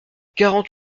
quarante